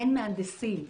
אין מהנדסים,